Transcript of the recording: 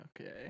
okay